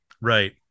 Right